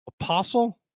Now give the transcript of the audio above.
Apostle